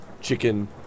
Chicken